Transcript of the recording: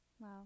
Wow